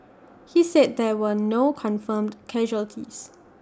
he said there were no confirmed casualties